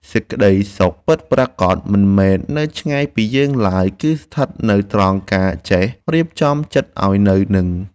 សេចក្តីសុខពិតប្រាកដមិនមែននៅឆ្ងាយពីយើងឡើយគឺស្ថិតនៅត្រង់ការចេះរៀបចំចិត្តឱ្យនៅនឹង។